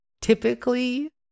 Typically